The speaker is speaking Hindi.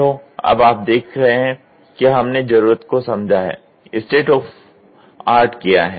तो अब आप देख रहे हैं कि हमने जरूरत को समझा है स्टेट ऑफ़ आर्ट किया है